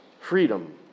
freedom